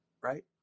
Right